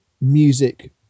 music